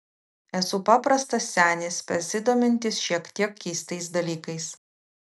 esu paprastas senis besidomintis šiek tiek keistais dalykais